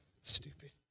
stupid